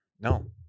No